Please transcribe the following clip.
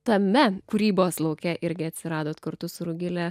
tame kūrybos lauke irgi atsiradot kartu su rugile